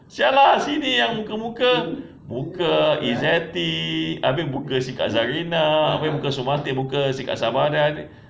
!siala! sini muka muka muka izzati abeh muka si kak zarina abeh muka sumati muka si kak sabariah